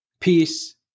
Peace